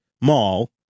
Mall